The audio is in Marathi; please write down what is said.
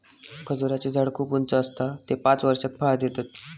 खजूराचें झाड खूप उंच आसता ते पांच वर्षात फळां देतत